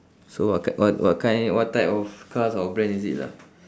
so what ki~ what what kind what type of cars or brand is it lah